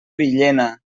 villena